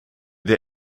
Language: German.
der